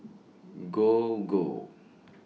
Gogo